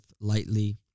lightly